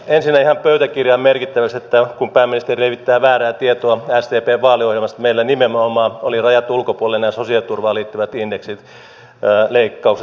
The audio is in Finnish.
ensinnä ihan pöytäkirjaan merkittäväksi kun pääministeri levittää väärää tietoa sdpn vaaliohjelmasta että meillä nimenomaan oli rajattu ulkopuolelle nämä sosiaaliturvaan liittyvät indeksit leikkaukset jäädyttämiset